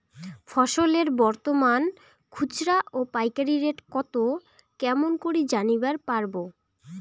ফসলের বর্তমান খুচরা ও পাইকারি রেট কতো কেমন করি জানিবার পারবো?